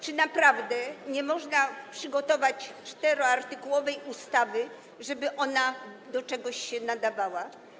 Czy naprawdę nie można przygotować czteroartykułowej ustawy, która do czegoś by się nadawała?